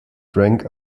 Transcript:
drank